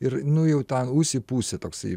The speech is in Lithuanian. ir nu jau tą ūsi pūsi toksai